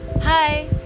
Hi